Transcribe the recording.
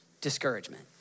discouragement